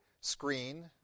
screen